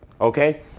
Okay